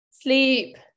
Sleep